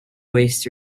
waste